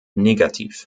negativ